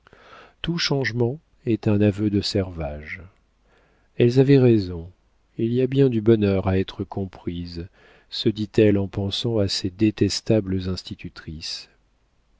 tout changement est un aveu de servage elles avaient raison il y a bien du bonheur à être comprise se dit-elle en pensant à ses détestables institutrices